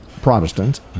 Protestants